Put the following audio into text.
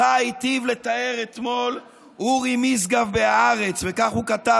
שאותה היטיב לתאר אתמול אורי משגב ב"הארץ" וכך הוא כתב,